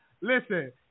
listen